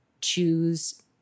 choose